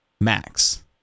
Max